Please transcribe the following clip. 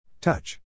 Touch